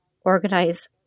organize